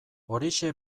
horixe